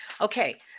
Okay